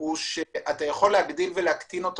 והוא שאתה יכול להגדיל ולהקטין אותו